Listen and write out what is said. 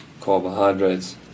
carbohydrates